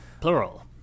Plural